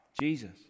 Jesus